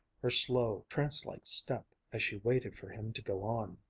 her slow, trance-like step as she waited for him to go on.